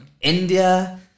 India